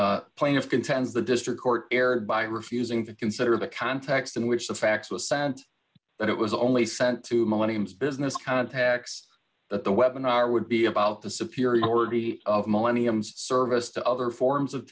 monitoring plaintiff contends the district court erred by refusing to consider the context in which the fax was sent that it was only sent to millenniums business contacts that the weapon are would be about the superiority of millenniums service to other forms of